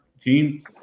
team